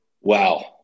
Wow